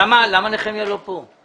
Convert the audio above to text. למה נחמיה לא כאן?